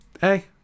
hey